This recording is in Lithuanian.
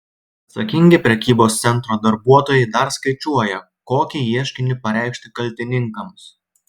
atsakingi prekybos centro darbuotojai dar skaičiuoja kokį ieškinį pareikšti kaltininkams